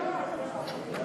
המחנה